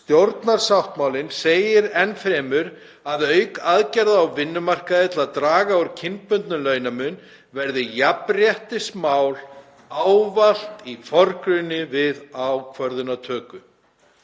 Stjórnarsáttmálinn segir enn fremur að auk aðgerða á vinnumarkaði til að draga úr kynbundnum launamun verði jafnréttismál ávallt í forgrunni við ákvarðanatöku.